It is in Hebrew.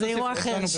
זה אירוע אחר.